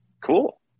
cool